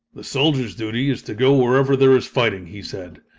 the soldier's duty is to go wherever there is fighting, he said,